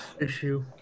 issue